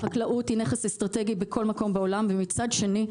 החקלאות היא נכס אסטרטגי בכל מקום בעולם ומצד שני,